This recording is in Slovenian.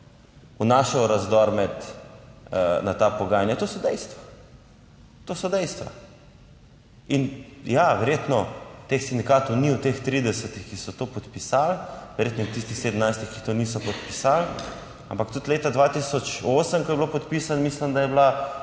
vnašal razdor med, na ta pogajanja. To so dejstva, to so dejstva. In ja, verjetno teh sindikatov ni v teh 30, ki so to podpisali, verjetno v tistih 17, ki to niso podpisali, ampak tudi leta 2008, ko je bilo podpisano mislim, da je bila